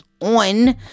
on